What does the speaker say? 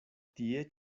tie